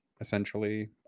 essentially